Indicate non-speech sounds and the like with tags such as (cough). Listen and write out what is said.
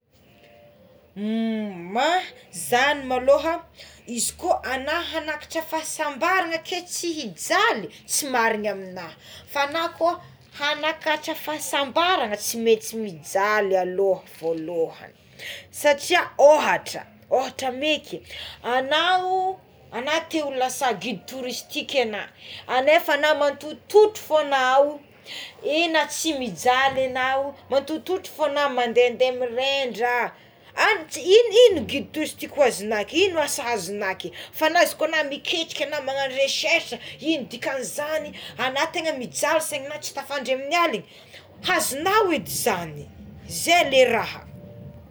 (hesitation) Ma zany maloha anahy izy ko manakatra fahasambarana ke tsy mijaly tsy marigna amignahy fa anako fa anakatra fahasambarana tsy maintsy mijaly alo voalohagny satria ohatra ohatra maiky anao te ho lasa guide touristika ana anefa anao matontotro fogna anao tsy mijaly egnao mato mitontotro fogna mandende mirendra anje ino ino guide touristika ho azonao igno asa azognao ake fa nazoko anao na miketrika enao na manao rechercha igno dikany zany anao tegna mijaly saignao tsy tafadry amign'alina azona edé zany ze le raha.